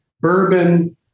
Bourbon